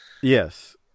Yes